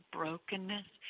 brokenness